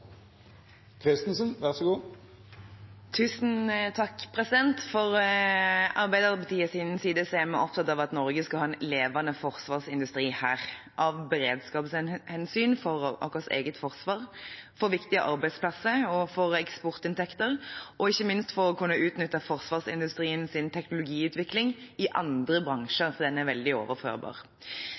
opptatt av at Norge skal ha en levende forsvarsindustri her, av beredskapshensyn for vårt eget forsvar, for viktige arbeidsplasser, for eksportinntekter og ikke minst for å kunne utnytte forsvarsindustriens teknologiutvikling i andre bransjer – for den er veldig overførbar.